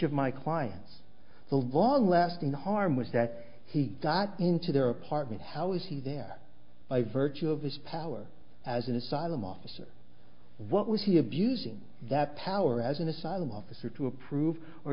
of my clients the one lasting harm was that he got into their apartment how was he there by virtue of his power as an asylum officer what was he abusing that power as an asylum officer to approve or